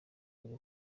kure